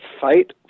fight